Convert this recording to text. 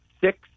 six